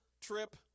trip